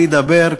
אני אדבר,